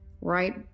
right